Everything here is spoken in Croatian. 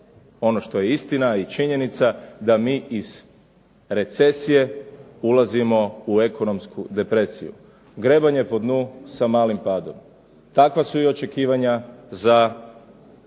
ono što je istina i činjenica da mi iz recesije ulazimo u ekonomsku depresiju, grebanje po dnu sa malim padom. Takva su očekivanja za